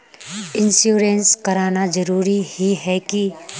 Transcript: Insurance कराना जरूरी ही है की?